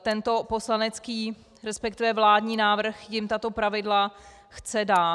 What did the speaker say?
Tento poslanecký, resp. vládní návrh jim tato pravidla chce dát.